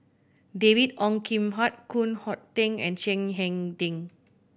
David Ong Kim Huat Koh Hoon Teck and Chiang Hai Ding